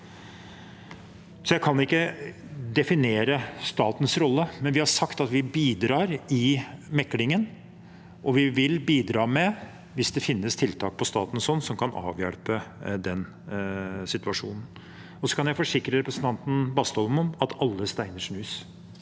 jeg kan ikke definere statens rolle, men vi har sagt at vi bidrar i meklingen, og vi vil bidra hvis det finnes tiltak på statens hånd som kan avhjelpe situasjonen. Jeg kan også forsikre representanten Bastholm om at alle steiner snus.